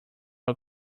all